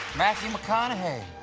matthew mcconaughey!